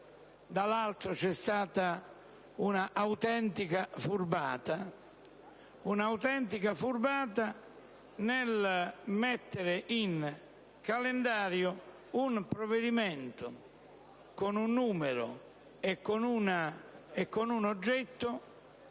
dall'altro c'è stata un'autentica furbata nel mettere in calendario un provvedimento con un oggetto